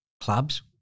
clubs